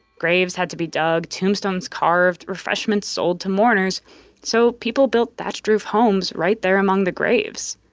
graves had to be dug, tombstones carved, refreshments sold to mourners so people built thatch-roofed homes right there among the graves.